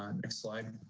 um next slide.